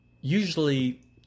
Usually